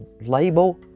label